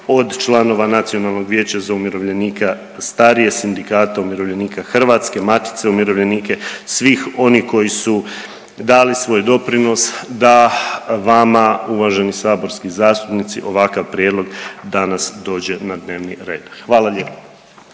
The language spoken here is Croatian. od članova Nacionalnog vijeća za umirovljenika, starije Sindikata umirovljenika Hrvatske, Matice umirovljenika, svih onih koji su dali svoj doprinos da vama uvaženi saborski zastupnici ovakav prijedlog danas dođe na dnevni red, hvala lijepo.